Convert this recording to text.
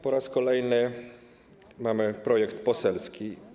Po raz kolejny mamy projekt poselski.